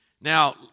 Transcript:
Now